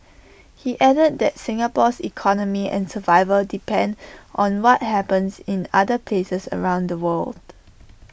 he added that Singapore's economy and survival depend on what happens in other places around the world